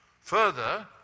further